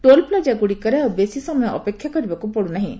toll plaza ଗୁଡ଼ିକରେ ଆଉ ବେଶୀ ସମୟ ଅପେକ୍ଷା କରିବାକୁ ପଡୁନାହିଁ